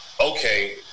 okay